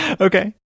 okay